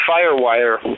FireWire